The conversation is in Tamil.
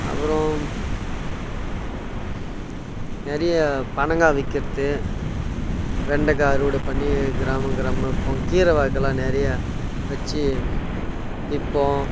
அப்புறம் நிறைய பனங்கா விற்குறது வெண்டைக்காய் அறுவடை பண்ணி கிராமம் கிராமமாக விற்போம் கீரை வகைலாம் நிறைய வச்சி விற்போம்